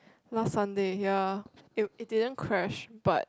last Sunday ya it it didn't crash but